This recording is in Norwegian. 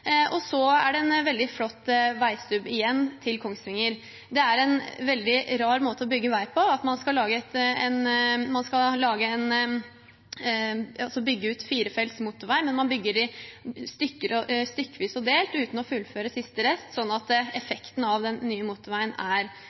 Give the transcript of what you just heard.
og så er det igjen en veldig flott veistubb til Kongsvinger. Det er en veldig rar måte å bygge vei på at man skal bygge ut firefelts motorvei, men bygger det stykkevis og delt, uten å fullføre siste rest, slik at effekten av den nye motorveien egentlig er helt borte. Jeg håper statsråden også kan si litt mer om høyskolesatsingen i Kongsvinger. Hva er regjeringens ambisjoner for den? Er